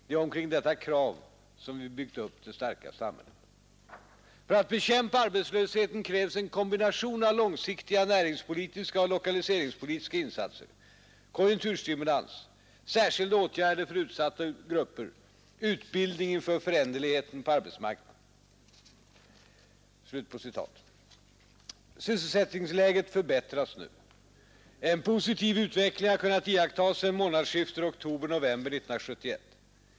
Det är omkring detta krav som vi byggt upp det starka sam hället. För att bekämpa arbetslösheten krävs en kombination av långsiktiga näringspolitiska och lokaliseringspolitiska insatser, konjunkturstimulans, särskilda åtgärder för utsatta grupper, utbildning inför föränderligheten Sysselsättningsläget förbättras nu. En positiv utveckling har kunnat iakttas sedan månadsskiftet oktober-november 1971.